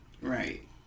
Right